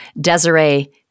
Desiree